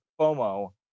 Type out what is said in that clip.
FOMO